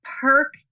Perk